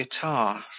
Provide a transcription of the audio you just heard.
guitar